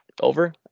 over